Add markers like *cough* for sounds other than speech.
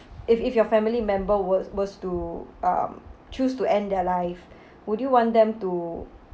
if if your family member wa~ was to um choose to end their life *breath* would you want them to